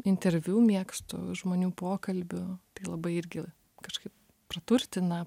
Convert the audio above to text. interviu mėgstu žmonių pokalbių tai labai irgi kažkaip praturtina